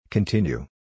Continue